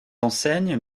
enseignes